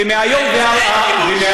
מהיום והלאה, אני שומע: כיבוש.